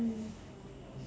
mm